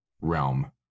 realm